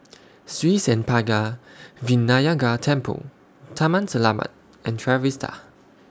Sri Senpaga Vinayagar Temple Taman Selamat and Trevista